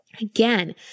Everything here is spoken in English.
Again